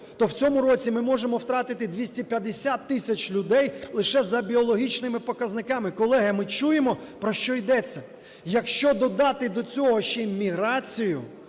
то в цьому році ми можемо втратити 250 тисяч людей лише за біологічними показниками. Колеги, ми чуємо, про що йдеться? Якщо додати до цього ще й міграцію,